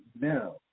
now